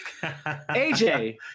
AJ